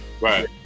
Right